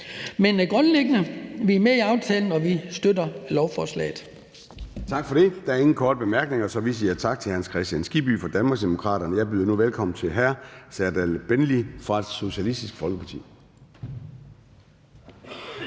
Men grundlæggende er vi med i aftalen, og vi støtter lovforslaget.